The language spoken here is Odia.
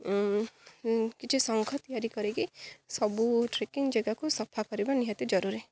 କିଛି ସଙ୍ଘ ତିଆରି କରିକି ସବୁ ଟ୍ରେକିଂ ଜାଗାକୁ ସଫା କରିବା ନିହାତି ଜରୁରୀ